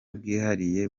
bwihariye